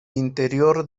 interior